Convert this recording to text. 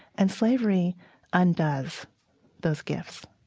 and slavery undoes those gifts